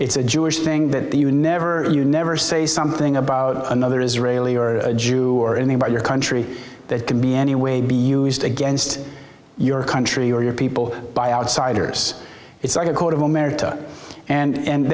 it's a jewish thing that the you never you never say something about another israeli or a jew or anybody your country that could be any way be used against your country or your people by outsiders it's like a code of omerta and